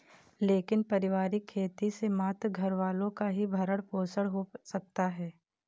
लेकिन पारिवारिक खेती से मात्र घरवालों का ही भरण पोषण हो सकता है